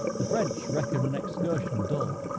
the french reckon an excursion dull,